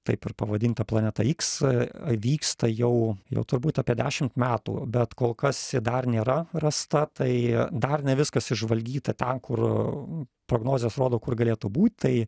taip ir pavadinta planeta x vyksta jau jau turbūt apie dešimt metų bet kol kas ji dar nėra rasta tai dar ne viskas išžvalgyta ten kur prognozės rodo kur galėtų būt tai